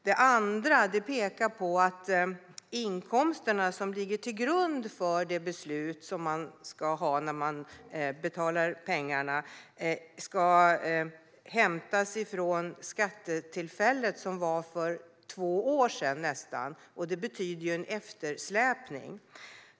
Det andra man pekar på är att de inkomster som ligger till grund för det beslut som man ska ha när man betalar pengarna ska hämtas från ett skattetillfälle för nästan två år sedan. Det innebär en eftersläpning.